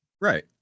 Right